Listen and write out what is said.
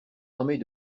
armée